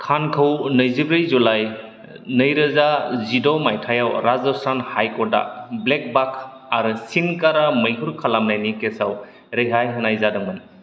खानखौ नैजिब्रै जुलाइ नैरोजा जिद' मायथाइयाव राजस्थान हाइ कर्टआ ब्लेकबाख आरो चिनकारा मैहुर खालामनायनि केसाव रेहाय होनाय जादोंमोन